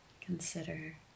consider